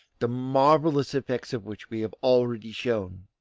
the marvellous effects of which we have already shown.